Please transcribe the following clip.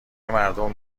مردم